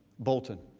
bolton.